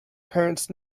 parents